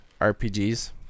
RPGs